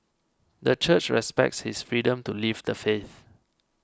the church respects his freedom to leave the faith